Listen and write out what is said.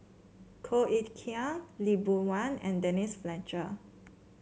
Koh Eng Kian Lee Boon Wang and Denise Fletcher